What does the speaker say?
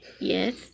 yes